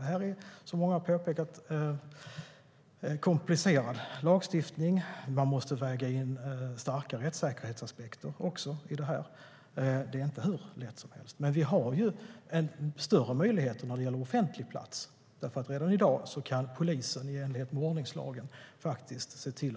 Det är, som många har påpekat, en komplicerad lagstiftning. Man måste också väga in starka rättssäkerhetsaspekter i den. Det är inte hur lätt som helst. Men vi har större möjligheter när det gäller offentlig plats. Redan i dag kan polisen i enlighet med ordningslagen